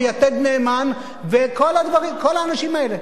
ו"יתד נאמן" כל האנשים האלה,